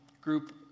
group